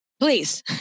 Please